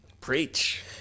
Preach